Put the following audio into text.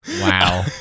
Wow